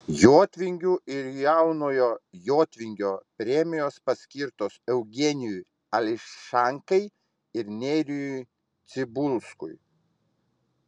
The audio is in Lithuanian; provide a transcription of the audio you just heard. jotvingių ir jaunojo jotvingio premijos paskirtos eugenijui ališankai ir nerijui cibulskui